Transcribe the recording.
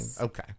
Okay